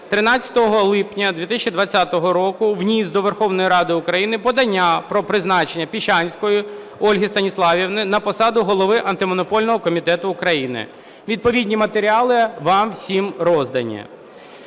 13 липня 2020 року вніс до Верховної Ради України подання про призначення Піщанської Ольги Станіславівни на посаду Голови Антимонопольного комітету України. Відповідні матеріали вам всім роздані.